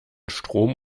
strom